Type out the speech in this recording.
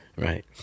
right